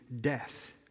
death